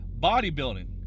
Bodybuilding